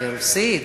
ברוסית.